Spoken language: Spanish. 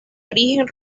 origen